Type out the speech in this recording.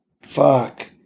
Fuck